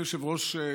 אדוני היושב-ראש,